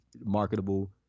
marketable